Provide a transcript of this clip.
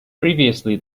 previously